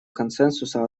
консенсуса